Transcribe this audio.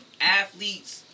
athletes